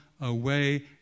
away